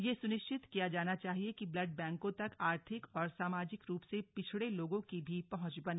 यह सुनिश्चित किया जाना चाहिए कि ब्लड बैंकों तक आर्थिक और सामाजिक रूप से पिछड़े लोगों की भी पहुंच बने